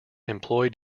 employ